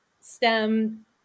STEM